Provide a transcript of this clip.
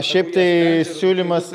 šiaip tai siūlymas